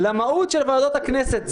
למהות של ועדות הכנסת.